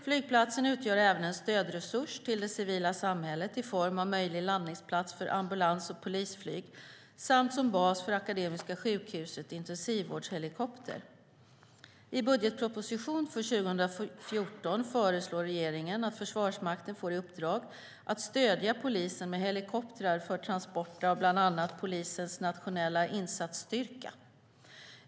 Flygplatsen utgör även en stödresurs till det civila samhället i form av möjlig landningsplats för ambulans och polisflyg samt som bas för Akademiska sjukhusets intensivvårdshelikopter. I budgetpropositionen för 2014 föreslår regeringen att Försvarsmakten får i uppdrag att stödja polisen med helikoptrar för transporter av bland annat polisens nationella insatsstyrka.